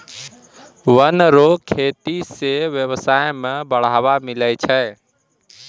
वन रो खेती से व्यबसाय में बढ़ावा मिलै छै